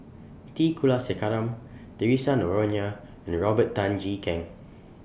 T Kulasekaram Theresa Noronha and Robert Tan Jee Keng